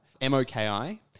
M-O-K-I